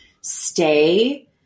stay